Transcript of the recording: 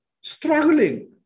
Struggling